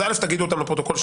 תגידו אותם לפרוטוקול,